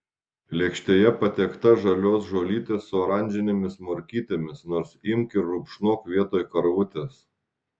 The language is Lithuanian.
lėkštėje patiekta žalios žolytės su oranžinėmis morkytėmis nors imk ir rupšnok vietoj karvutės